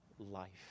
Life